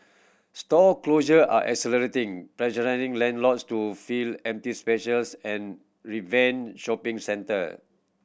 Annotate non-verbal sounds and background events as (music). store closure are accelerating pressure (unintelligible) landlords to fill empty specials and reinvent shopping centre